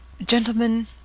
gentlemen